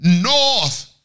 north